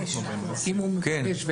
בין רשאי